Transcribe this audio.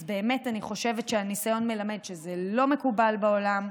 אז באמת אני חשבת שהניסיון מלמד שזה לא מקובל בעולם,